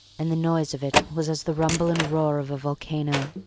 and the noise of it was as the rumble and roar of a volcano.